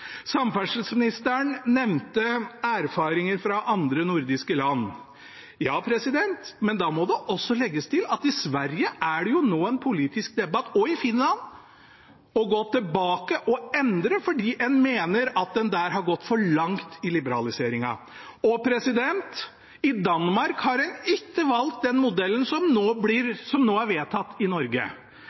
Samferdselsministeren nevnte erfaringer fra andre nordiske land. Ja, men da må det også legges til at i Sverige og i Finland er det jo nå en politisk debatt om å gå tilbake og endre fordi en mener at en har gått for langt i liberaliseringen der. Og i Danmark har en ikke valgt den modellen som nå er vedtatt i Norge.